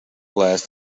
glass